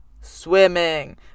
swimming